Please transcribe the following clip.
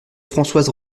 françoise